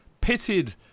pitted